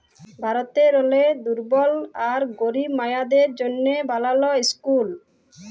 ভারতেরলে দুর্বল আর গরিব মাইয়াদের জ্যনহে বালাল ইসকুল